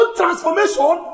transformation